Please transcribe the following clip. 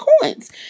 coins